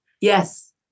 Yes